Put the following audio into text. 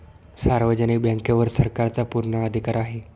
सार्वजनिक बँकेवर सरकारचा पूर्ण अधिकार आहे